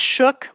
shook